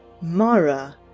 Mara